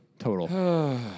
total